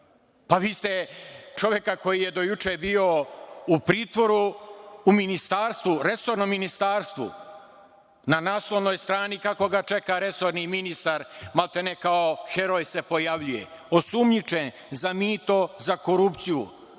Vi ste čoveka koji je do juče bio u pritvoru, u ministarstvu, resornom ministarstvu, na naslovnoj strani kako ga čeka resorni ministar, maltene kao heroj se pojavljuje, osumnjičen za mito, za korupciju,